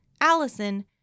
Allison